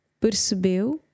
Percebeu